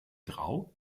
drau